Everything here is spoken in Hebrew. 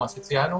כמו שאנחנו ציינו,